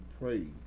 pray